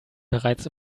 bereits